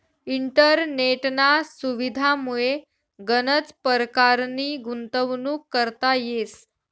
इंटरनेटना सुविधामुये गनच परकारनी गुंतवणूक करता येस